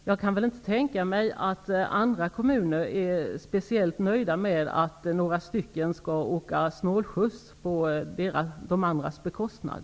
Jag kan inte tänka mig att andra kommuner är speciellt nöjda med att några stycken kommuner åker snålskjuts på de andras bekostnad.